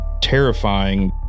terrifying